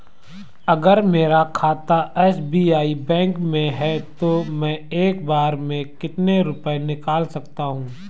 अगर मेरा खाता एस.बी.आई बैंक में है तो मैं एक बार में कितने रुपए निकाल सकता हूँ?